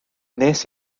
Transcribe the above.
wnes